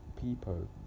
people